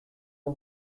oer